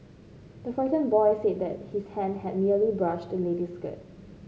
the frightened boy said that his hand had merely brushed the lady's skirt